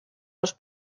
los